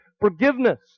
forgiveness